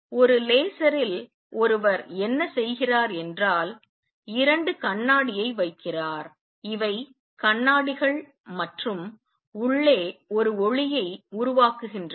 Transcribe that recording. ஒரு லேசரில் ஒருவர் என்ன செய்கிறார் என்றால் இரண்டு கண்ணாடியை வைக்கிறார் இவை கண்ணாடிகள் மற்றும் உள்ளே ஒரு ஒளியை உருவாக்குகின்றன